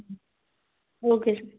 okay sir